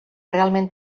realment